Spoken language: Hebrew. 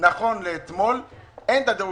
נכון לאתמול אין לכולם דירוג.